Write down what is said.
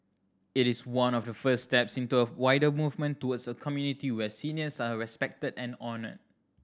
it is one of the first steps into a wider movement towards a community where seniors are respected and honoured